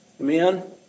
Amen